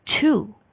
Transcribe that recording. two